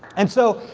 and so,